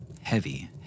heavy